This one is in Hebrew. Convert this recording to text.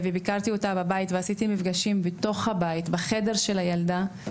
הגעתי וביקרתי אותה בבית ועשיתי מפגשים בתוך הבית בחדר של הילדה,